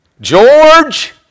George